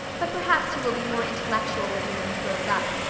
but perhaps he will be more intellectual looking when he grows up.